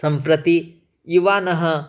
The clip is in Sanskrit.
सम्प्रति युवानः